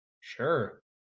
sure